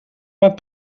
pas